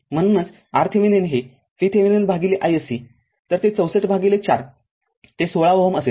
म्हणूनच RThevenin हे VThevenin भागिले isc ते ६४ भागिले ४ ते सोळा Ω असेल